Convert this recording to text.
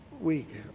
week